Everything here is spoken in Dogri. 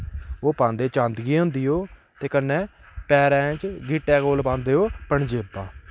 ओह् पांदे चांदियै दी होंदी ओह् ते कन्नै पैरें च गिट्टै कोल पांदे ओह् पंजेबां